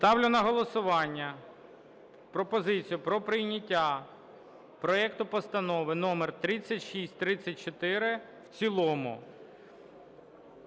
Ставлю на голосування пропозицію про прийняття проекту Постанови № 3634 в цілому